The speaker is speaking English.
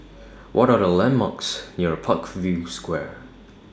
What Are The landmarks near Parkview Square